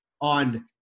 on